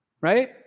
Right